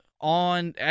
on